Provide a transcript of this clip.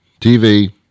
TV